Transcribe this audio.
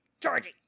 Georgie